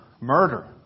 murder